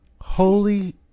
Holy